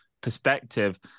perspective